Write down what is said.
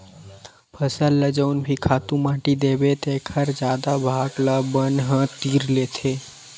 फसल ल जउन भी खातू माटी देबे तेखर जादा भाग ल बन ह तीर लेथे